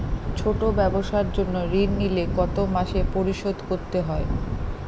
ছোট ব্যবসার জন্য ঋণ নিলে কত মাসে পরিশোধ করতে হয়?